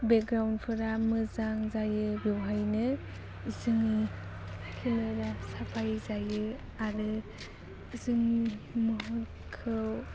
बेगग्राउनफोरा मोजां मोजां जायो बेवहायनो जोङो केमेरा साफायजायो आरो जोंनि महरखौ